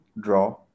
draw